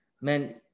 man